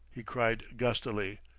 he cried gustily.